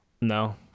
No